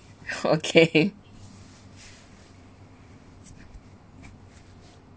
okay